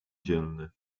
dzielny